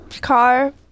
car